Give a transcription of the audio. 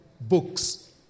books